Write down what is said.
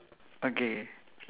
okay